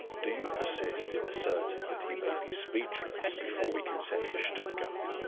do you persist in asserting that he may be speechless before we can send to stuttgart?